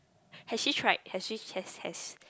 has she tried has she has has